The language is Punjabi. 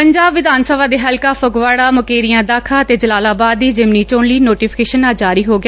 ਪੰਜਾਬ ਵਿਧਾਨ ਸਭਾ ਦੇ ਹਲਕਾ ਫਗਵਾੜਾ ਮੁਕੇਰੀਆ ਦਾਖਾ ਅਤੇ ਜਲਾਲਾਬਾਦ ਦੀ ਜ਼ਿਮਨੀ ਚੋਣ ਲਈ ਨੋਟੀਫਿਕੇਸ਼ਨ ਅੱਜ ਜਾਰੀ ਹੋ ਗਿਆ